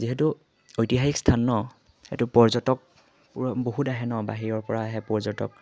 যিহেতু ঐতিহাসিক স্থান নহ্ সেইটো পৰ্যটক পূৰ বহুত আহে নহ্ বাহিৰৰ পৰা আহে পৰ্যটক